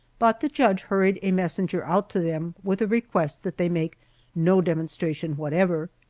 but the judge hurried a messenger out to them with a request that they make no demonstration whatever.